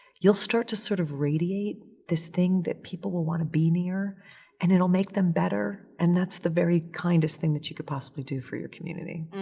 you'll start to sort of radiate this thing that people will want to be near and it'll make them better and that's the very kindest thing that you could possibly do for your community.